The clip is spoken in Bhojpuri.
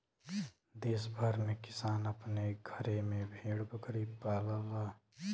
देस भर में किसान अपने घरे में भेड़ बकरी पालला